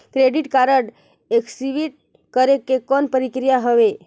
Credit card active करे के कौन प्रक्रिया हवे?